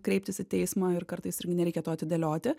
kreiptis į teismą ir kartais irgi nereikia to atidėlioti